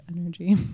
energy